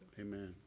Amen